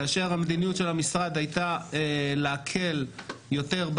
כאשר המדיניות של המשרד הייתה להקל יותר על